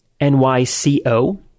N-Y-C-O